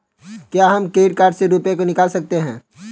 क्या हम credit card से रुपये निकाल सकते हैं?